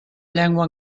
llengua